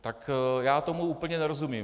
Tak já tomu úplně nerozumím.